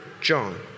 John